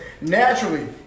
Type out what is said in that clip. naturally